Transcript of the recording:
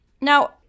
Now